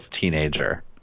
teenager